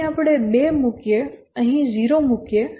અહીં આપણે 2 મૂકીએ અહીં 0 મૂકીએ